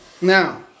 now